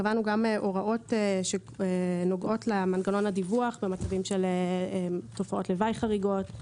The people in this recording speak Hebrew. קבענו גם הוראות שנוגעות למנגנון הדיווח במצבים של תופעות לוואי חריגות,